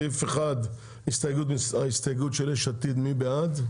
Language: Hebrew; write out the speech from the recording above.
ההסתייגות של יש עתיד, מי בעד?